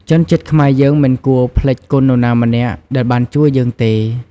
ជនជាតិខ្មែរយើងមិនគួរភ្លេចគុណនរណាម្នាក់ដែលបានជួយយើងទេ។